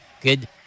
good